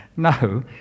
no